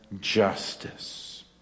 justice